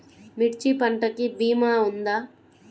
మిర్చి పంటకి భీమా ఉందా?